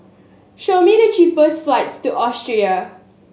show me the cheapest flights to Austria